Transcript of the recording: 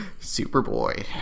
Superboy